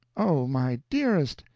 oh, my dearest,